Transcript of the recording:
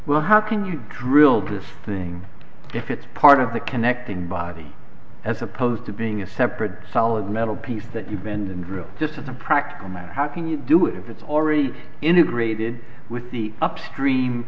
well how can you drill this thing if it's part of the connecting body as opposed to being a separate solid metal piece that you bend and drill just as a practical matter how can you do it if it's already integrated with the upstream